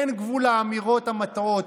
אין גבול לאמירות המטעות,